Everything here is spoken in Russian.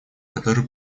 который